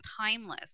timeless